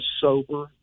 sober